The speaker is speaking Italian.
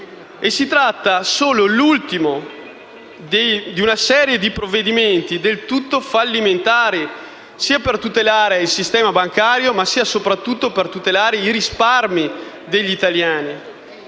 Si tratta solo dell'ultimo di una serie di provvedimenti del tutto fallimentari sia per tutelare il sistema bancario, sia soprattutto per tutelare i risparmi degli italiani.